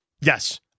Yes